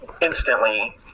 instantly